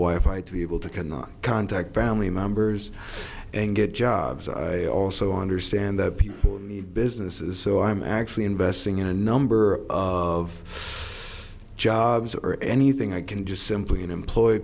fight to be able to cannot contact family members and get jobs i also understand that people need businesses so i'm actually investing in a number of jobs or anything i can just simply employ